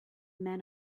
men